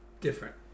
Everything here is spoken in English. different